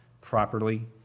properly